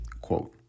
quote